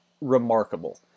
remarkable